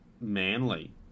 Manly